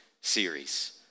series